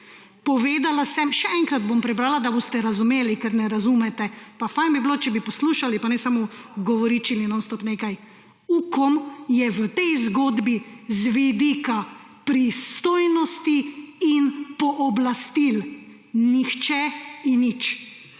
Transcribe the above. Povedala sem, še enkrat bom prebrala, da boste razumeli, ker ne razumete. Pa fajn bi bilo, če bi poslušali in ne samo govoričili non stop nekaj. Ukom je v tej zgodbi z vidika pristojnosti in pooblastil nihče in nič.